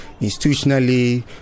Institutionally